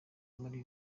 muri